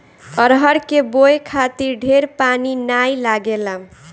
अरहर के बोए खातिर ढेर पानी नाइ लागेला